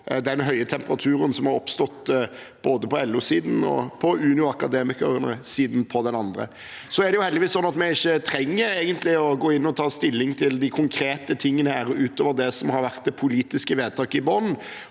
den høye temperaturen som har oppstått både på LO-siden og på Unio- og Akademikerne-siden. Det er heldigvis sånn at vi egentlig ikke trenger å gå inn og ta stilling til de konkrete tingene her utover det som har vært det politiske vedtaket i bunnen,